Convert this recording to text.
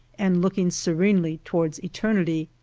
and looking serenely towards eternity.